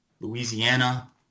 Louisiana